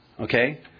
Okay